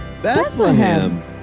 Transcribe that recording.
Bethlehem